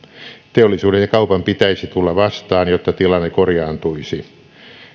teollisuuden ja kaupan pitäisi tulla vastaan jotta tilanne korjaantuisi